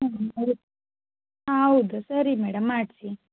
ಹೌದು ಹಾಂ ಹೌದು ಸರಿ ಮೇಡಮ್ ಮಾಡಿಸಿ